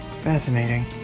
Fascinating